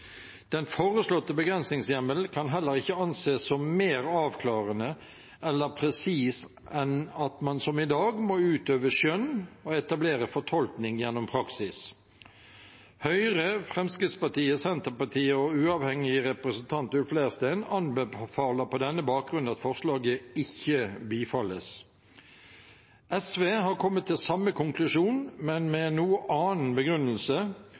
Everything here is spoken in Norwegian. Den foreslåtte begrensningshjemmelen kan heller ikke anses som mer avklarende eller presis enn at man som i dag må utøve skjønn og etablere fortolkning gjennom praksis. Høyre, Fremskrittspartiet, Senterpartiet og uavhengig representant Ulf Leirstein anbefaler på denne bakgrunn at forslaget ikke bifalles. SV har kommet til samme konklusjon, men med en noe annen begrunnelse.